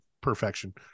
perfection